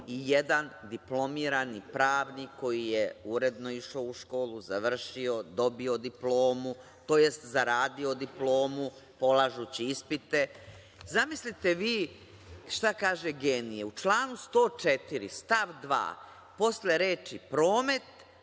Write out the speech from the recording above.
i jedan diplomirani pravnik koji je uredno išao u školu, završio, dobio diplomu, tj zaradio diplomu polažući ispite. Zamislite šta kaže genije. U članu 104. stav 2. posle reči promet,